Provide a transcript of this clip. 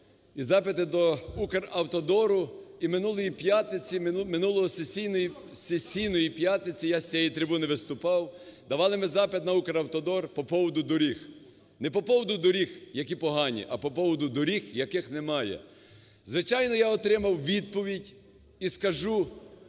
і запити до "Укравтодору" і минулої п'ятниці, минулої сесійної п'ятниці я з цієї трибуни виступав, давали ми запит на "Укравтодор" по поводу доріг – не поводу доріг, які погані, а поводу доріг, яких немає. Звичайно, я отримав відповідь і скажу,